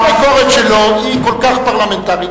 הביקורת שלו היא כל כך פרלמנטרית,